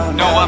no